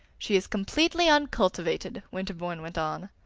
she is completely uncultivated, winterbourne went on.